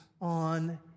on